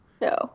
No